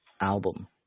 album